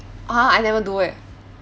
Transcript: !huh! I never do eh